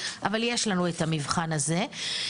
אבל יש לנו את המבחן הזה.